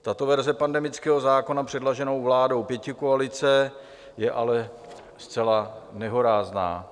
Tato verze pandemického zákona předloženého vládou pětikoalice je ale zcela nehorázná.